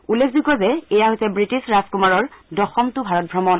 উল্লেখযোগে যে এয়া হৈছে ৱিটিছ ৰাজকুমাৰৰ দশমটো ভাৰত ভ্ৰমণ